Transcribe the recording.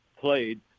played